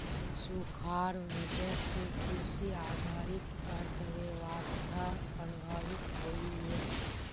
सुखार वजह से कृषि आधारित अर्थ्वैवास्था प्रभावित होइयेह